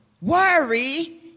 Worry